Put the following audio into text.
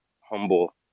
humble